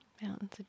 Mountains